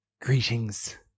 Greetings